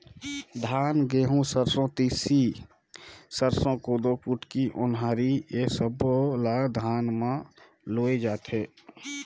धान, गहूँ, सरसो, तिसी, सरसो, कोदो, कुटकी, ओन्हारी ए सब्बो ल धान म लूए जाथे